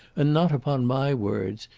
and not upon my words.